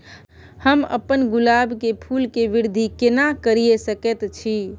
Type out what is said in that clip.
हम अपन गुलाब के फूल के वृद्धि केना करिये सकेत छी?